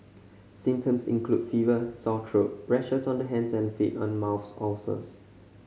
symptoms include fever sore throat rashes on the hands and feet and mouth ulcers